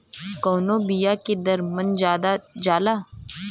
कवने बिया के दर मन ज्यादा जाला?